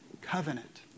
covenant